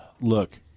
look